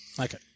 Okay